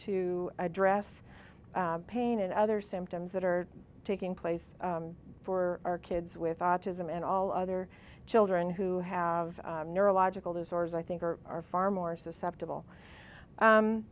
to address pain and other symptoms that are taking place for our kids with autism and all other children who have neurological disorders i think or are far more susceptible